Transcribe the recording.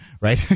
right